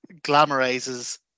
glamorizes